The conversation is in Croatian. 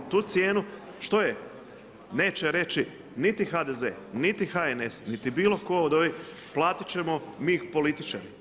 Jer tu cijenu, što je, neće reći niti HDZ, niti HNS niti bilo ko od ovih, plati ćemo mi političari.